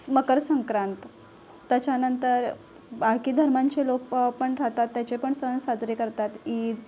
मकरसंक्रांत त्याच्यानंतर बाकी धर्मांचे लोक पण राहतात त्याचे पण सन साजरे करतात ईद